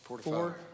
four